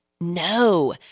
No